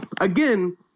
again